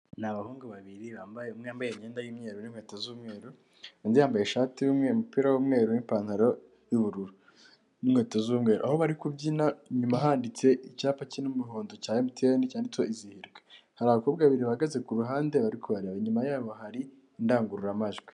Ni abahungu babiri umwe yambaye imyenda y'umweruru n'inkweto z'umweru undi yambaye ishati yumweru, umupira w'mweru n'ipantaro y'ubururu, n'inkweto z'umweru aho bari kubyina inyuma handitse icyapa cy'umuhondo cyanditseho izihirwe hari abakobwa babiri bahagaze ku ruhande bari kubaraeba inyuma yabo hari indangururamajwi.